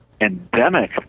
endemic